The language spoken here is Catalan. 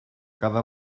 cada